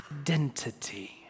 identity